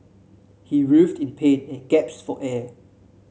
he writhed in pain and gaps for air